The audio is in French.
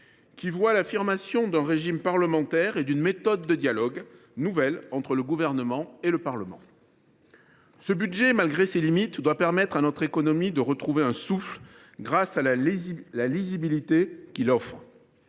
signe de l’affirmation d’un régime parlementaire et d’une méthode nouvelle de dialogue entre le Gouvernement et le Parlement. Ce budget, malgré ses limites, doit permettre à notre économie de retrouver un souffle grâce à la lisibilité qu’il offre.